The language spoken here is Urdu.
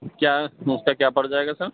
کیا اس کا کیا پڑ جائے گا سر